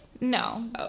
No